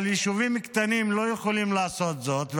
אבל יישובים קטנים לא יכולים לעשות זאת,